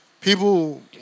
People